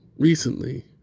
Recently